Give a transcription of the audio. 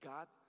God